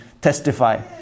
testify